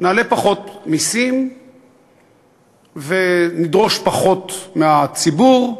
נעלה פחות מסים ונדרוש פחות מהציבור,